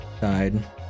died